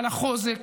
על החוזק,